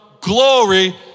glory